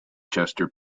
chester